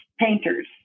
painters